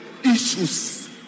issues